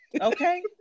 okay